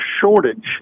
shortage